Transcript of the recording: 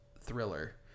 thriller